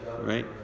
right